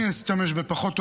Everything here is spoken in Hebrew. אני אשתמש בפחות.